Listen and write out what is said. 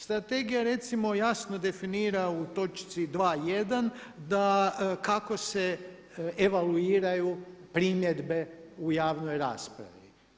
Strategija recimo jasno definira u točci 2.1 da kako se evaluiraju primjedbe u javnoj raspravi.